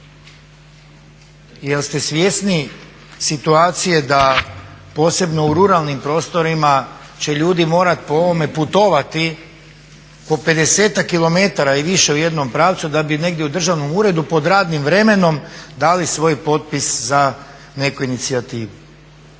Jeste svjesni situacije da posebno u ruralnim prostorima će ljudi morat po ovome putovati po 50-ak km i više u jednom pravcu da bi negdje u državnom uredu pod radnim vremenom dali svoj potpis za neku inicijativu.